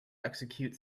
execute